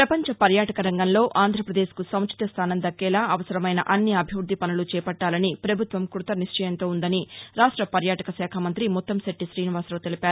ప్రపంచ పర్యాటక రంగంలో ఆంధ్రప్రదేశ్కు సముచిత స్థానం దక్కేలా అవసరమైన అన్ని అభివృద్ధి పనులు చేపట్టాలని రాష్ట ప్రభుత్వం కృతనిశ్చయంతో ఉందని పర్యాటక శాఖ మంత్రి ముత్తంశెట్టి తీనివాసరావు తెలిపారు